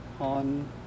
On